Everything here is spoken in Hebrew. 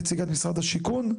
נציגת משרד השיכון,